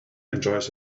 enjoys